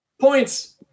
points